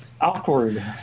awkward